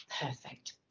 Perfect